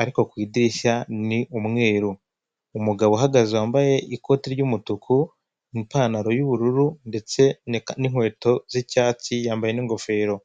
ariko ku idirishya ni umweru. Umugabo uhagaze wambaye ikote ry'umutuku n'ipantaro y'ubururu ndetse n'inkweto z'icyatsi yambaye n'ingofero.